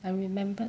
I remembered